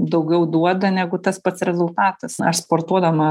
daugiau duoda negu tas pats rezultatas aš sportuodama